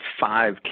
five